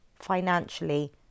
financially